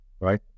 Right